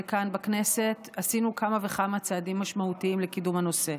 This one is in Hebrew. כאן בכנסת עשינו כמה וכמה צעדים משמעותיים לקידום הנושא.